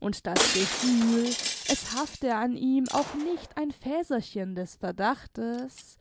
und das gefühl es hafte an ihm auch nicht ein fäserchen des verdachtes